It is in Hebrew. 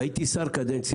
באתי להגיד לך כל הכבוד.